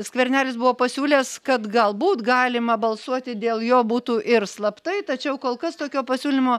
skvernelis buvo pasiūlęs kad galbūt galima balsuoti dėl jo būtų ir slaptai tačiau kol kas tokio pasiūlymo